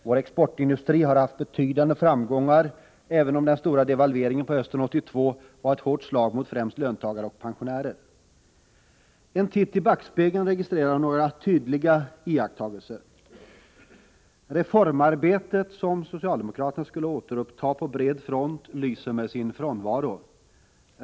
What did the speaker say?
Vår exportindustri har haft betydande framgångar, även om den stora devalveringen på hösten 1982 var ett hårt slag mot främst löntagare och pensionärer. Vid en titt i ”backspegeln” kan vi registrera några tydliga iakttagelser: lyser med sin frånvaro.